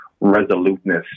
resoluteness